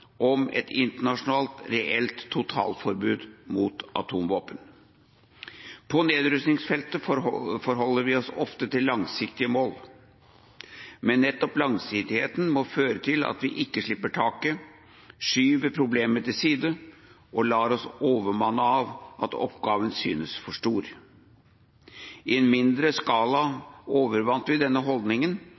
om et internasjonalt, reelt totalforbud mot atomvåpen. På nedrustningsfeltet forholder vi oss ofte til langsiktige mål. Men nettopp langsiktigheten må føre til at vi ikke slipper taket, skyver problemet til side og lar oss overmanne av at oppgaven synes for stor. I en mindre skala overvant vi denne holdningen